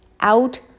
out